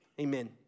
amen